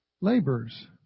labors